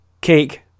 cake